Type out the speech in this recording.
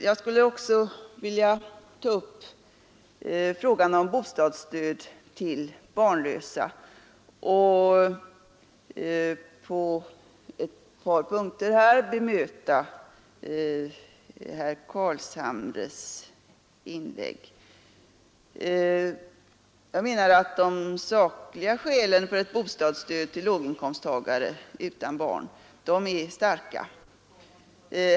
Jag skall också ta upp frågan om bostadsstöd till barnlösa och på ett par punkter bemöta herr Carlshamres inlägg. De sakliga skälen för ett bostadsstöd till låginkomsttagare är starka.